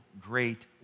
great